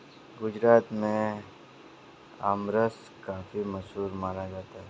गुजरात में आमरस काफी मशहूर माना जाता है